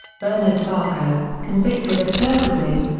bernard barker, convicted of burglary.